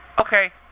Okay